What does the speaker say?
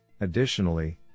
Additionally